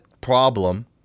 problem